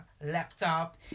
laptop